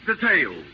details